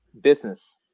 business